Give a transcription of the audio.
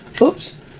Oops